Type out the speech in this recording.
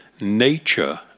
Nature